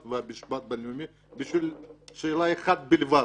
והמשפט הבינלאומי בשביל שאלה אחת בלבד: